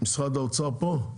משרד האוצר פה?